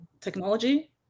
technology